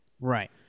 Right